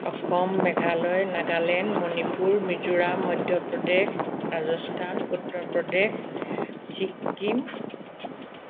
Assam Meghalaya Nagaland Manipur Mizoram Madhya Pradesh Rajasthan Uttar Pradesh Sikkim